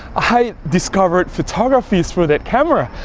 i discovered photography through that camera,